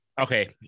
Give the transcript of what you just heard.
okay